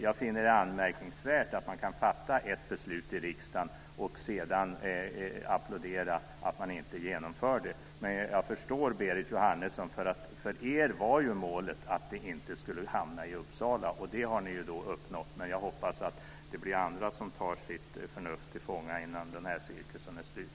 Jag finner det anmärkningsvärt att man kan fatta ett beslut i riksdagen och sedan applådera att det inte genomförs. Men jag förstår Berit Jóhannesson. För er var målet att skolan inte skulle hamna i Uppsala, och det har ni uppnått. Men jag hoppas att det blir andra som tar sitt förnuft till fånga innan den här cirkusen är slut.